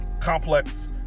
Complex